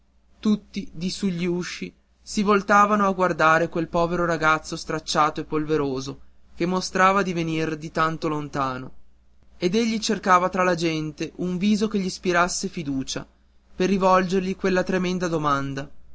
tutti di sugli usci si voltavano a guardar quel povero ragazzo stracciato e polveroso che mostrava di venir di tanto lontano ed egli cercava fra la gente un viso che gl'ispirasse fiducia per rivolgergli quella tremenda domanda